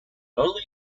early